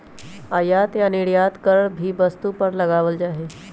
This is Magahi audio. आयात या निर्यात कर भी वस्तु पर लगावल जा हई